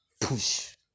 push